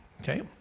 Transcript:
Okay